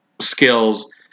skills